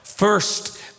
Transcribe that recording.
First